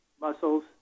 muscles